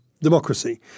democracy